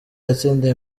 yatsindiye